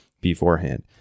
beforehand